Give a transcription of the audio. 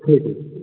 ठीक है